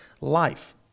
life